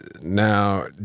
Now